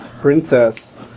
princess